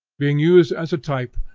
being used as a type,